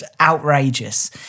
outrageous